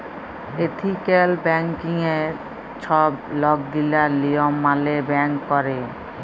ethical ব্যাংকিংয়ে ছব লকগিলা লিয়ম মালে ব্যাংক ক্যরে